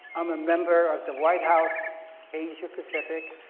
i'm a member of the white house asia pacific,